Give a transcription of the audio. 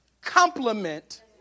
complement